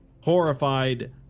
Horrified